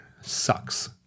sucks